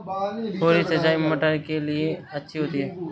फुहारी सिंचाई मटर के लिए अच्छी होती है?